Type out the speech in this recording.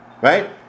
Right